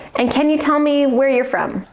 and can you tell me where you're from?